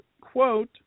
quote